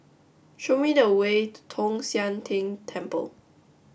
show me the way to Tong Sian Tng Temple